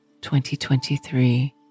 2023